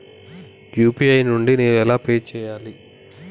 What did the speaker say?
UPI నుండి నేను ఎలా పే చెయ్యాలి?